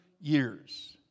years